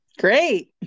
Great